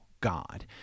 God